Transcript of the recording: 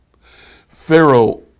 Pharaoh